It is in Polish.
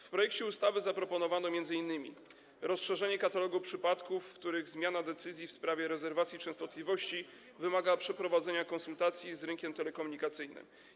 W projekcie ustawy zaproponowano m.in.: rozszerzenie katalogu przypadków, w których zmiana decyzji w sprawie rezerwacji częstotliwości wymaga przeprowadzenia konsultacji z rynkiem telekomunikacyjnym.